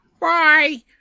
bye